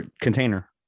container